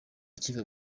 akiva